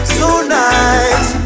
tonight